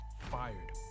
fired